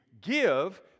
give